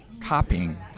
copying